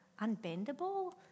unbendable